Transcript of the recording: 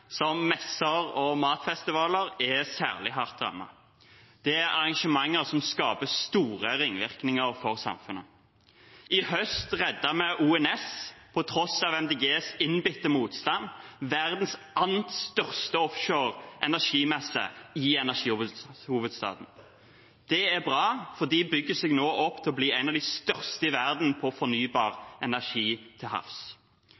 som messer og matfestivaler, er særlig hardt rammet. Det er arrangementer som skaper store ringvirkninger for samfunnet. I høst reddet vi, på tross av MDGs innbitte motstand, ONS – verdens andre største offshore energimesse i energihovedstaden. Det er bra, for de bygger seg nå opp til å bli en av de største i verden på fornybar energi til havs.